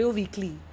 weekly